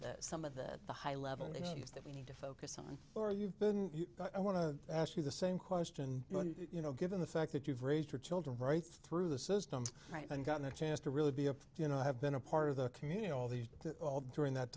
the some of the high level initiatives that we need to focus on or you've been i want to ask you the same question you know given the fact that you've raised her children right through the system right and gotten a chance to really be a you know have been a part of the community all these all during that